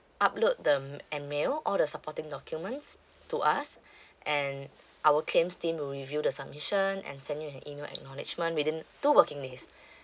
upload the m~ uh mail all the supporting documents to us and our claim's team will review the submission and send you an email acknowledgement within two working days